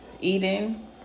eating